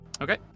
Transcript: Okay